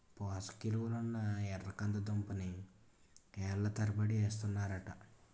పోసకిలువలున్న ఎర్రకందుల పంటని ఏళ్ళ తరబడి ఏస్తన్నారట